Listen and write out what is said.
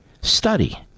Study